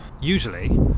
usually